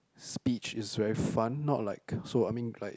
speech is very fun not like so I mean like